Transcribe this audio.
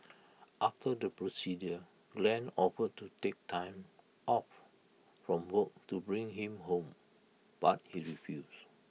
after the procedure Glen offered to take time off from work to bring him home but he refused